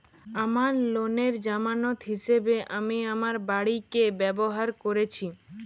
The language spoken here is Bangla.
আমার লোনের জামানত হিসেবে আমি আমার বাড়িকে ব্যবহার করেছি